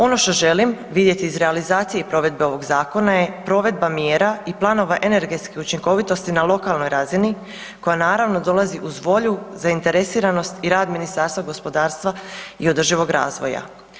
Ono što želim vidjeti iz realizacije i provedbe ovog zakona je provedba mjera i planova energetske učinkovitosti na lokalnoj razini koja naravno dolazi uz volju, zainteresiranost i rad Ministarstva gospodarstva i održivog razvoja.